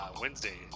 Wednesday